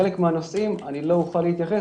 לחלק מהנושאים לא אוכל להתייחס,